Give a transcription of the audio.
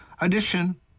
edition